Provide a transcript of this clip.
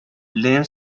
limb